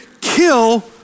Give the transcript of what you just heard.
kill